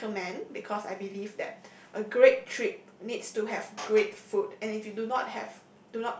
they recommend because I believe that a great trip needs to have great food and if you do not have